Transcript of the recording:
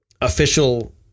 official